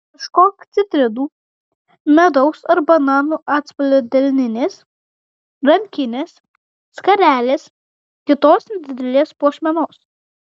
ieškok citrinų medaus ar bananų atspalvio delninės rankinės skarelės kitos nedidelės puošmenos